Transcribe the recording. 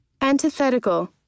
Antithetical